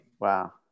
Wow